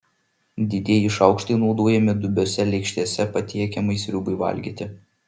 didieji šaukštai naudojami dubiose lėkštėse patiekiamai sriubai valgyti